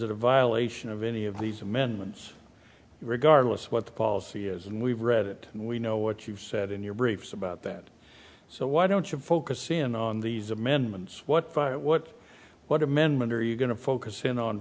that a violation of any of these amendments regardless what the policy is and we've read it we know what you've said in your briefs about that so why don't you focus in on these amendments what fight what what amendment are you going to focus in on